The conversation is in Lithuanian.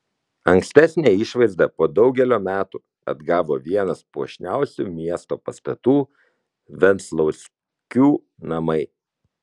ankstesnę išvaizdą po daugelio metų atgavo vienas puošniausių miesto pastatų venclauskių namai